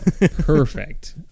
perfect